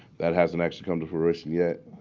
that hasn't actually come to fruition yet.